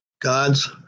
God's